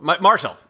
Marshall